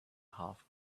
half